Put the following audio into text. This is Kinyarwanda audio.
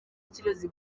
ikirezi